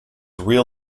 real